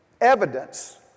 evidence